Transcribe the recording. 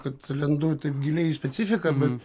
kad lendu taip giliai į specifiką bet